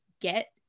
get